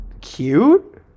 cute